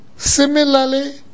Similarly